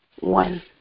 one